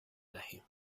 دهیم